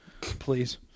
please